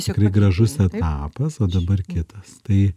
tikrai gražus etapas o dabar kitas tai